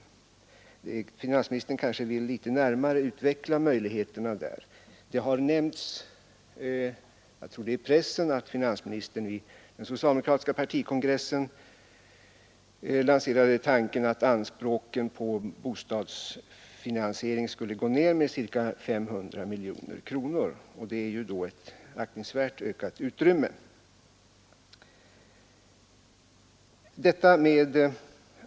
Finansministern kanske vill litet närmare utveckla möjligheterna där. Det har nämnts att finansministern vid den socialdemokratiska partikongressen lanserade tanken att anspråken på bostadsfinansiering skulle gå ned med ca 500 miljoner kronor, och det är ett aktningsvärt ökat utrymme för andra sektorer.